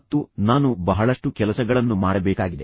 ಮತ್ತು ನಾನು ಮಾಡಬೇಕಾದರೆ ನಾನು ಬಹಳಷ್ಟು ಕೆಲಸಗಳನ್ನು ಮಾಡಬೇಕಾಗಿದೆ